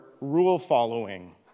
rule-following